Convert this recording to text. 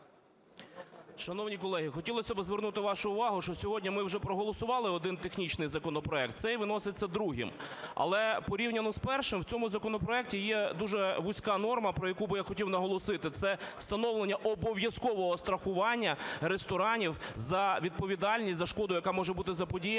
Шановні колеги, хотілося би звернути вашу увагу, що сьогодні ми вже проголосували один технічний законопроект, цей виноситься другим. Але порівняно з першим в цьому законопроекті є дуже вузька норма, про яку я би хотів наголосити, це вставлення обов'язкового страхування ресторанів за відповідальність за шкоду, яка може бути заподіяна